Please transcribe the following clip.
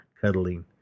cuddling